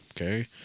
okay